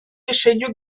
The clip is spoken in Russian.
решению